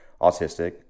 autistic